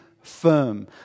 firm